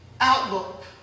outlook